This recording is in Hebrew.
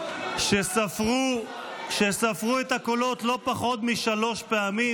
שספרו את הקולות לא פחות משלוש פעמים.